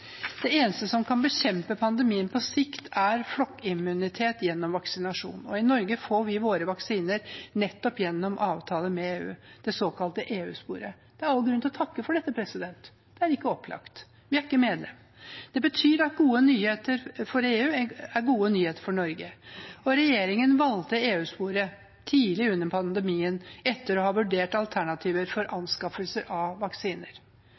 Det eneste som kan bekjempe pandemien på sikt, er flokkimmunitet gjennom vaksinasjon. I Norge får vi våre vaksiner nettopp gjennom avtaler med EU, det såkalte EU-sporet. Det er all grunn til å takke for dette. Det er ikke opplagt; vi er ikke medlem. Det betyr at gode nyheter for EU er gode nyheter for Norge, og regjeringen valgte EU-sporet tidlig under pandemien etter å ha vurdert alternativer for anskaffelse av